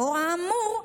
לאור האמור,